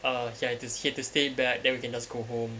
uh ya he had to stay back then we can just go home